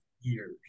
years